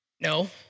No